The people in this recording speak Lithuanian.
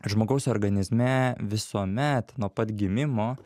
žmogaus organizme visuomet nuo pat gimimo